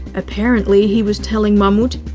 apparently, he was telling mammoet,